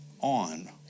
on